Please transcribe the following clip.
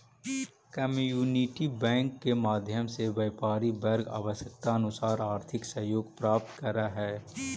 community bank के माध्यम से व्यापारी वर्ग आवश्यकतानुसार आर्थिक सहयोग प्राप्त करऽ हइ